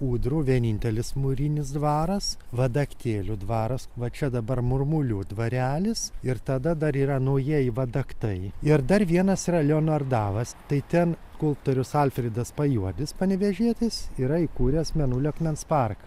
ūdrų vienintelis mūrinis dvaras vadaktėlių dvaras va čia dabar murmulių dvarelis ir tada dar yra naujieji vadaktai ir dar vienas yra lionardavas tai ten skulptorius alfredas pajuodis panevėžietis yra įkūręs mėnulio akmens parką